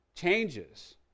changes